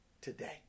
today